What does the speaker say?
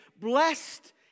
Blessed